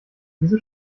wieso